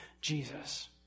Jesus